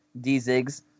D-Ziggs